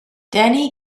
danny